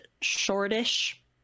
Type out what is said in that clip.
shortish